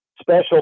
special